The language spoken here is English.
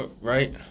right